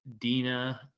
Dina